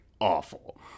awful